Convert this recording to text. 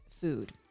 food